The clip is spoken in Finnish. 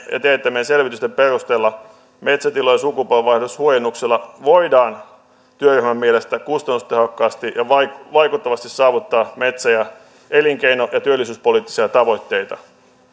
teettämien selvitysten perusteella metsätilojen sukupolvenvaihdoshuojennuksella voidaan työryhmän mielestä kustannustehokkaasti ja vaikuttavasti saavuttaa metsä elinkeino ja työllisyyspoliittisia tavoitteita